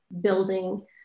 building